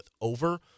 over